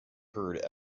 heard